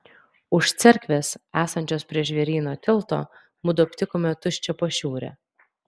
už cerkvės esančios prie žvėryno tilto mudu aptikome tuščią pašiūrę